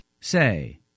say